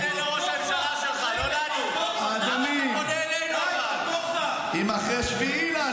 ראש הממשלה שלך עשה עסקים עם חמאס,